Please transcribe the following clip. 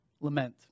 Lament